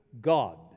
God